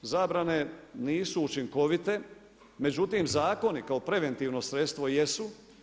Zabrane nisu učinkovite, međutim zakoni kao preventivno sredstvo jesu.